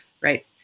right